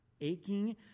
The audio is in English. aching